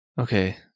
Okay